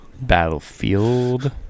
Battlefield